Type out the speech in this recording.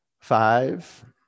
five